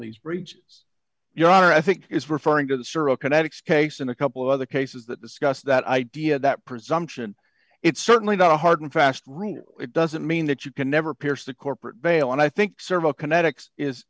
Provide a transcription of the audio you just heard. breaches your honor i think is referring to the serial kinetics case in a couple of other cases that discuss that idea that presumption it's certainly not a hard and fast rule it doesn't mean that you can never pierce the corporate veil and i think several kinetics is